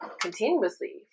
continuously